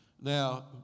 Now